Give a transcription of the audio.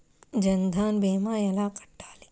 జన్ధన్ భీమా ఎంత కట్టాలి?